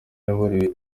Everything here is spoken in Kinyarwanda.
yaburiwe